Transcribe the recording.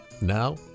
now